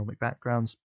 backgrounds